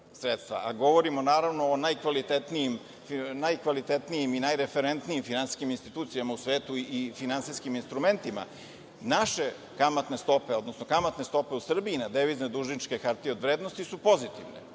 a govorimo naravno o najkvalitetnijim i najreferentnijim finansijskim institucijama u svetu i finansijskim instrumentima, naše kamatne stope, odnosno kamatne stope u Srbiji na devizne dužničke hartije od vrednosti su pozitivne. Kao